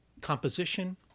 composition